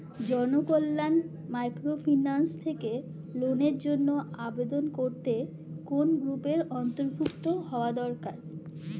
Janakalyan microfinance থেকে লোনের জন্য আবেদন করতে কোন গ্রুপের অন্তর্ভুক্ত হওয়া দরকার?